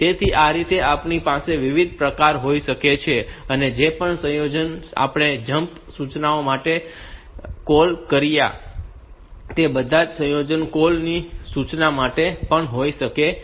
તેથી આ રીતે આપણી પાસે વિવિધ પ્રકારો હોઈ શકે છે અને જે પણ સંયોજનો આપણે જમ્પ સૂચના માટે બોકૉલ કર્યા છે તે બધા સંયોજનો કોલ સૂચના માટે પણ હોઈ શકે છે